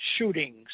Shootings